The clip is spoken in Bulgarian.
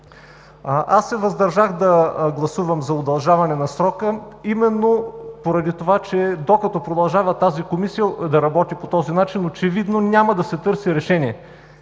Аз се въздържах да гласувам за удължаване на срока именно, поради това че докато продължава тази Комисия да работи по този начин, очевидно няма да се търси решение.